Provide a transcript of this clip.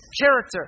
character